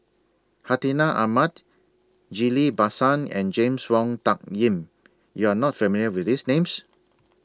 Hartinah Ahmad Ghillie BaSan and James Wong Tuck Yim YOU Are not familiar with These Names